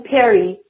Perry